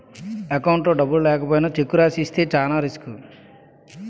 అకౌంట్లో డబ్బులు లేకపోయినా చెక్కు రాసి ఇస్తే చానా రిసుకు